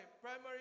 primary